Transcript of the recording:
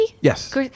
Yes